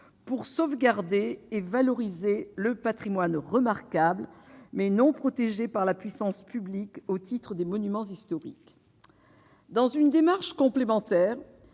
pour sauvegarder et valoriser le Patrimoine remarquables mais non protégée par la puissance publique au titre des Monuments historiques. Dans une démarche complémentaire,